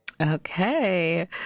Okay